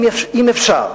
אם אפשר,